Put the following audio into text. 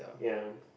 ya